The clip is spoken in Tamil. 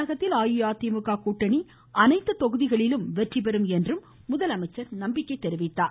தமிழகத்தில் அஇஅதிமுக கூட்டணி அனைத்து தொகுதிகளிலும் வெற்றிபெறும் என்று முதலமைச்சர் நம்பிக்கை தெரிவித்தார்